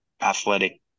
athletic